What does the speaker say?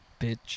bitch